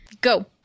Go